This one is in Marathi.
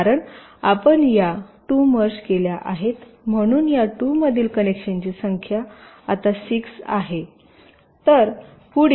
कारण आपण या 2 मर्ज केल्या आहेत म्हणून या 2 मधील कनेक्शनची संख्या आता 6 आहे